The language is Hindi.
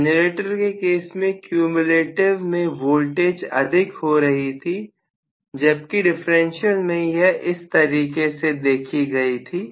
जनरेटर के केस में क्यूम्यूलेटिव में वोल्टेज अधिक हो रही थी जबकि डिफरेंशियल में यह इस तरह से देखी गई थी